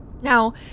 Now